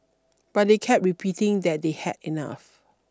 but they kept repeating that they had enough